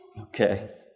Okay